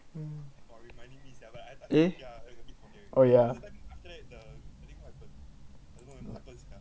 mm eh oh yeah